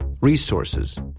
resources